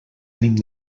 ànim